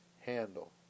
handle